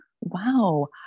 wow